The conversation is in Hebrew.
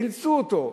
אילצו אותו,